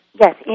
yes